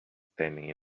standing